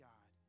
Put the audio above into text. God